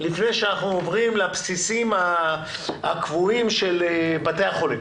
לפני שאנחנו עוברים לבסיסים הקבועים של בתי החולים?